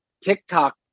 TikTok